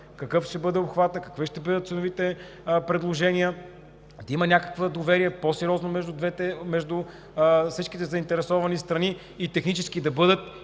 какъв ще бъде обхватът, какви ще бъдат ценовите предложения, да има някакво доверие между всичките заинтересовани страни, и технически да бъде